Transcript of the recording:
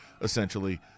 essentially